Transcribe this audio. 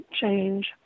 change